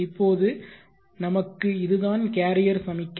இப்போது நமக்கு இதுதான் கேரியர் சமிக்ஞை